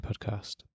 Podcast